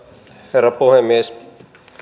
herra puhemies